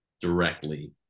directly